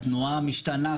התנועה משתנה.